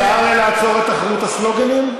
אפשר לעצור את תחרות הסלוגנים?